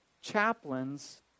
chaplains